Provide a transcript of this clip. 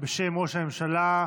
בשם ראש הממשלה,